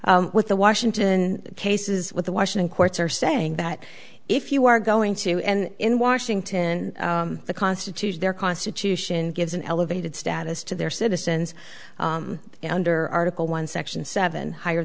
cases with the washington cases with the washing courts are saying that if you are going to and in washington the constitution their constitution gives an elevated status to their citizens under article one section seven higher